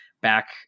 back